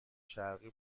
شرقی